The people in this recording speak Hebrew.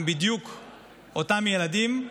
עם אותם ילדים בדיוק,